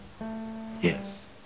Yes